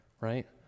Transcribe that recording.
right